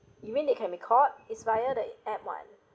you mean they can record is via the app [what]